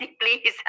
please